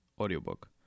audiobook